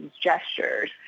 gestures